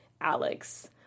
Alex